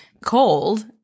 cold